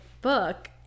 book